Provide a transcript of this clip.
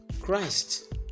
christ